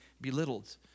belittled